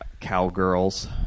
Cowgirls